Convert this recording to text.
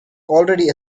already